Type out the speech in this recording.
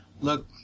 Look